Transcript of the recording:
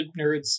nerds